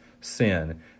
sin